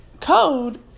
code